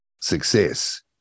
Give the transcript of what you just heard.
success